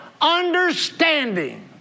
understanding